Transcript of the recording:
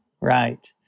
Right